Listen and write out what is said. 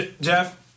Jeff